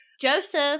Joseph